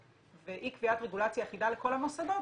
ואי קביעת רגולציה אחידה לכל המוסדות,